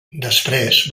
després